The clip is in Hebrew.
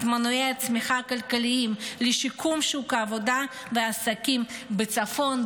מנועי הצמיחה הכלכליים לשיקום שוק העבודה והעסקים בצפון,